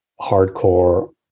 hardcore